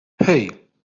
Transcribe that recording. hey